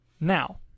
Now